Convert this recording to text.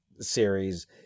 series